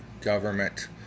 government